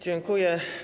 Dziękuję.